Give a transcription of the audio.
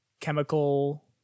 chemical